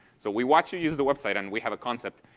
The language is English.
so we watch you use the website and we have a concept,